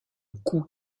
coup